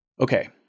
Okay